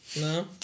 No